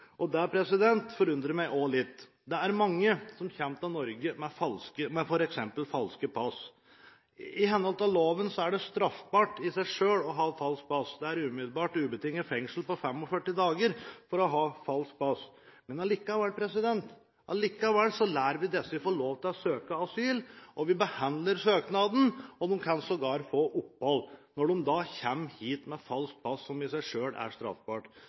falske papirer. Det forundrer meg også litt. Det er mange som kommer til Norge med f.eks. falske pass. I henhold til loven er det i seg selv straffbart å ha falskt pass. Det er umiddelbart ubetinget fengsel i 45 dager for å ha falskt pass. Likevel lar vi dem få lov til å søke asyl, vi behandler søknaden, og de kan sågar få opphold når de kommer hit med falskt pass, som i seg selv er straffbart.